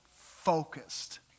focused